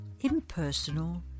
Impersonal